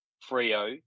Frio